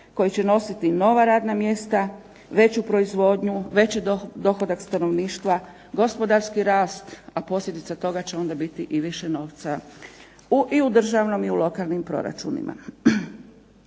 koji će nositi nova radna mjesta, veću proizvodnju, veći dohodak stanovništva, gospodarski rast, a posljedica toga će onda biti i više novca i u državnom i u lokalnim proračunima.